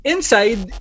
Inside